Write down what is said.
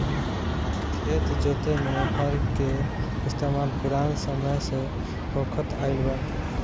खेत जोते में हर के इस्तेमाल पुरान समय से होखत आइल बा